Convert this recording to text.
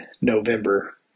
November